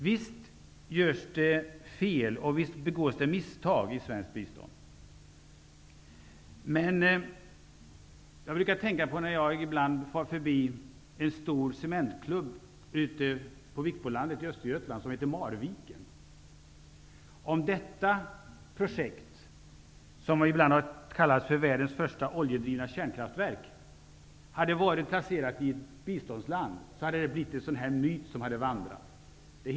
Visst görs det fel och visst begås det misstag när det gäller svenskt bistånd. När jag far förbi en stor cementklump på Vikbolandet i Östergötland, som heter Marviken, brukar jag tänka att om det projektet, som ibland har kallats för världens första oljedrivna kärnkraftverk, hade varit placerat i ett biståndsland hade det blivit en myt som man hade talat om.